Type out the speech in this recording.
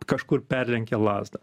kažkur perlenkė lazdą